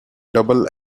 double